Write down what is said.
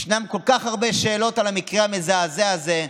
יש כל כך הרבה שאלות על המקרה המזעזע הזה,